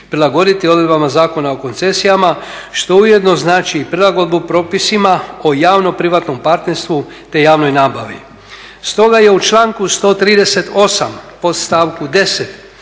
prilagoditi odredbama Zakona o koncesijama što ujedno znači i prilagodbu propisima o javno privatnom partnerstvu te javnoj nabavi. Stoga je u članku 138. podstavku 10.